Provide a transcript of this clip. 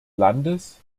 landes